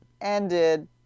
ended